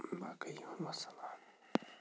باقٕے وَسلام